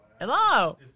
Hello